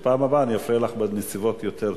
שבפעם הבאה אני אפריע לך בנסיבות יותר טובות.